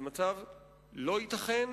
מצב זה לא ייתכן